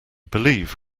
believe